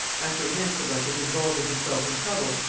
apprehensive of his involving himself in trouble,